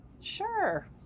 sure